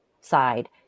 side